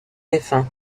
défunt